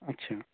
আচ্ছা